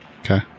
Okay